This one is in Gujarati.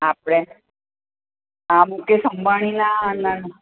આપણે આ મુકેશ અંબાણીના ના